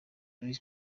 kuri